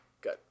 good